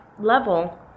level